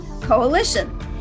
Coalition